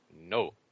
no